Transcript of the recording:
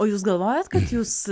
o jūs galvojot kad jūs